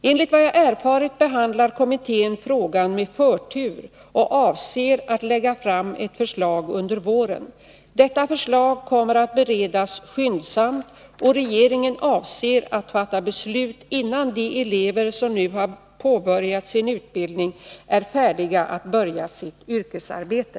Enligt vad jag har erfarit behandlar kommittén frågan med förtur och avser att lägga fram ett förslag under våren. Detta förslag kommer att beredas skyndsamt, och regeringen avser att fatta beslut innan de elever som nu har påbörjat sin utbildning är färdiga att börja sitt yrkesarbete.